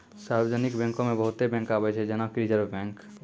सार्वजानिक बैंको मे बहुते बैंक आबै छै जेना कि रिजर्व बैंक